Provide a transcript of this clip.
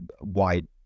wide